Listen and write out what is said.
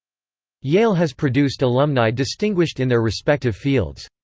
yale has produced alumni distinguished in their respective fields.